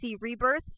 Rebirth